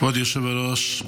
כבוד היושב-ראש,